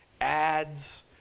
ads